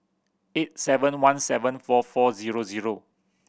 eight seven one seven four four zero zero